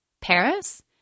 Paris